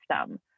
system